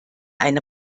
eine